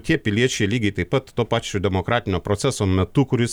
tie piliečiai lygiai taip pat tuo pačiu demokratinio proceso metu kuris